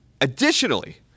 Additionally